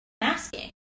masking